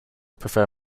prefer